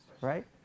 right